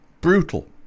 brutal